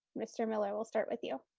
mr. miller, we'll start with you.